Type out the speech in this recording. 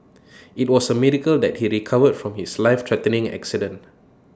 IT was A miracle that he recovered from his lifethreatening accident